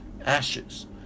ashes